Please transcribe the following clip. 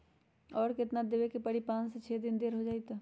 और केतना देब के परी पाँच से छे दिन देर हो जाई त?